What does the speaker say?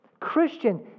Christian